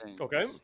Okay